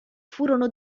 furono